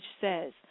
says